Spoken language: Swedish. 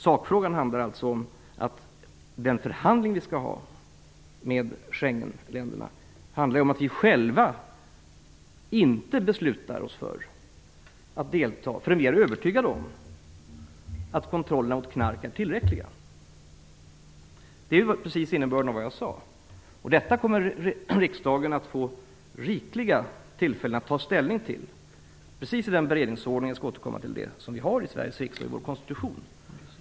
Sakfrågan i den förhandling som vi skall ha med Schengenländerna handlar alltså om att vi själva inte beslutar oss för att delta förrän vi är övertygade om att kontrollen av narkotika är tillräcklig. Det är innebörden i vad jag har sagt. Detta kommer riksdagen att få rikliga tillfällen att ta ställning till, precis i den beredningsordning som vi har enligt vår konstitution.